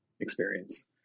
experience